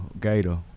gator